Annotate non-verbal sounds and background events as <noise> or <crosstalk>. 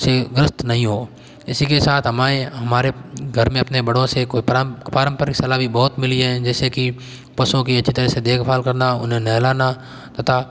<unintelligible> ग्रस्त नहीं हो इसी के साथ हमारे हमारे घर में अपने बड़ों से कोई पारंपरिक सलाह भी बहुत मिली है जैसे कि पशुओं की अच्छी तरह से देखभाल करना उन्हें नहलाना तथा